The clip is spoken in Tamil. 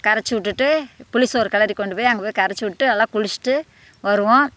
கரைச்சி விட்டுட்டு புளிசோறு கிளரி கொண்டு போய் அங்கே போய் கரைச்சி விட்டு நல்லா குளிச்சுட்டு வருவோம்